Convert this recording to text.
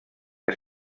que